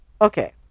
Okay